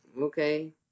okay